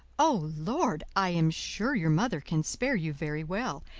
oh, lord! i am sure your mother can spare you very well,